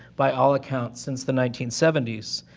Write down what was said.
by all accounts, since the nineteen seventy s.